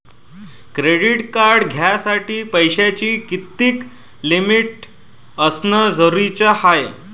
Credit card घ्यासाठी पैशाची कितीक लिमिट असनं जरुरीच हाय?